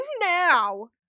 now